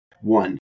One